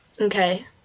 Okay